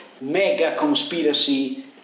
mega-conspiracy